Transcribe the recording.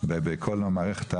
כמה מקרים יש.